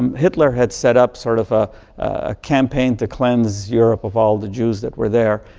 um hitler had set up sort of a campaign to cleanse europe of all the jews that were there.